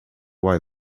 why